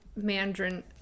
Mandarin